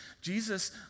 Jesus